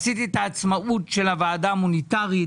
עשיתי את העצמאות של הוועדה המוניטרית,